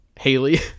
Haley